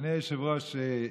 אדוני היושב-ראש,